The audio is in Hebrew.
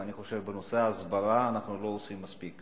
ואני חושב שבנושא ההסברה אנחנו לא עושים מספיק.